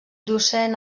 docent